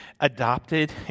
adopted